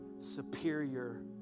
superior